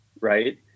right